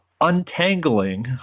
untangling